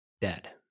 dead